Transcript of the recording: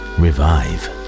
revive